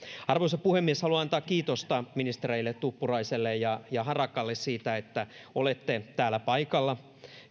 arvoisa puhemies haluan antaa kiitosta ministereille tuppuraiselle ja ja harakalle siitä että olette täällä paikalla